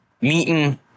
meeting